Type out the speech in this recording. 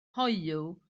hoyw